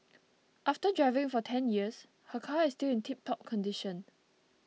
after driving for ten years her car is still in tiptop condition